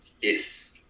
Yes